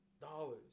dollars